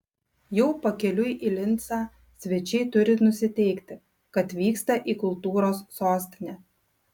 jau pakeliui į lincą svečiai turi nusiteikti kad vyksta į kultūros sostinę